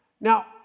Now